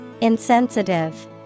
Insensitive